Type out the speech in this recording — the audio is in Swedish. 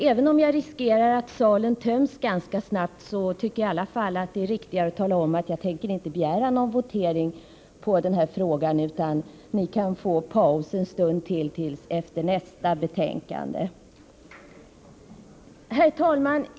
Även om jag riskerar att salen därmed töms ganska snabbt, tycker jag i alla fall att det är riktigare att tala om att jag inte tänker begära votering i detta ärende, utan ni får paus ytterligare en stund till dess vi debatterat nästa ärende. Herr talman!